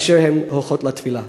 כאשר הן הולכות לטבילה.